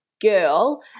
girl